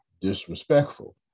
disrespectful